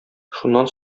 шуннан